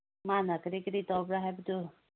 ꯃꯥꯅ ꯀꯔꯤ ꯀꯔꯤ ꯇꯧꯕ꯭ꯔꯥ ꯍꯥꯏꯕꯗꯨ